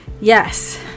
yes